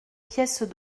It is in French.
pièces